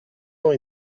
ans